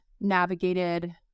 navigated